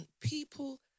people